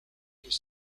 mieux